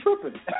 tripping